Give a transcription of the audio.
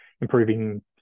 improving